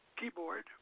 keyboard